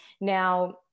Now